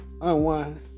Unwind